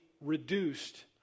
reduced